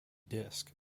disc